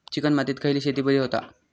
Chicken मातीत खयली शेती बरी होता?